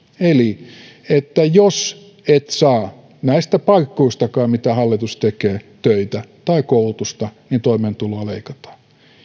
eli jos et saa näistä paikkuistakaan mitä hallitus tekee töitä tai koulutusta niin toimeentuloa leikataan